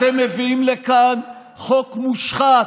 אתם מביאים לכאן חוק מושחת,